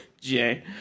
Jay